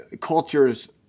cultures